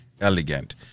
elegant